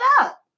up